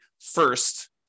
first